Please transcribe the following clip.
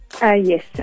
Yes